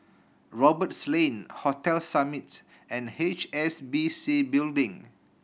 Roberts Lane Hotel Summit and H S B C Building